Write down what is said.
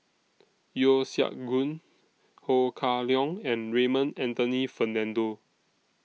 Yeo Siak Goon Ho Kah Leong and Raymond Anthony Fernando